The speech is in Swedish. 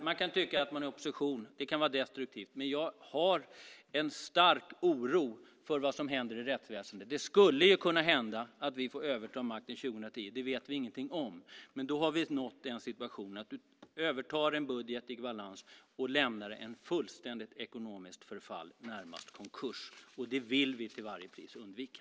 Man kan tycka att det är destruktivt att vara i opposition. Men jag har en stark oro för vad som händer i rättsväsendet. Det skulle kunna hända att vi får överta makten år 2010. Det vet vi ingenting om. Då har vi nått den situationen att du har övertagit en budget i balans men lämnar ett fullständigt ekonomiskt förfall, närmast konkurs. Det vill vi till varje pris undvika.